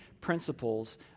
principles